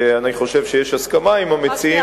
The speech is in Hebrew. ואני חושב שיש הסכמה עם המציעים,